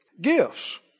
gifts